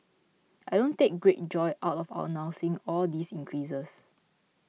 I don't take great joy out of announcing all these increases